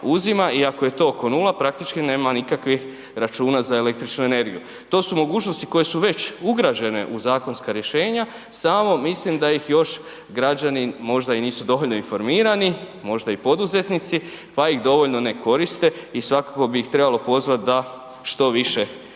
i ako je to oko 0 praktički nema nikakvih računa za električnu energiju. To su mogućosti koje su već ugrađene u zakonska rješenja samo mislim da ih još građani možda i nisu dovoljno informirani, možda i poduzetnici pa ih dovoljno ne koriste i svakako bi ih trebalo pozvati da što više te